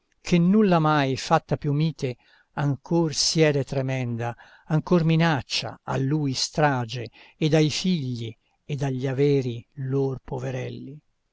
che nulla mai fatta più mite ancor siede tremenda ancor minaccia a lui strage ed ai figli ed agli averi lor poverelli